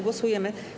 Głosujemy.